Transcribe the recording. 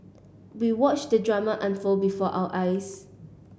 we watched the drama unfold before our eyes